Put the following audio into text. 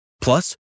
plus